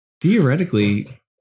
Theoretically